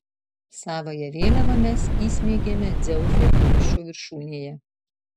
savąją vėliavą mes įsmeigėme dzeuso kumščio viršūnėje